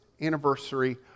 anniversary